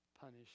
punish